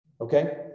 Okay